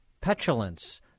petulance